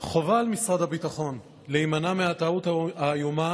חובה על משרד הביטחון להימנע מהטעות האיומה